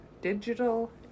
Digital